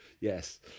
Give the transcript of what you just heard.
Yes